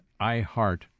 iHeart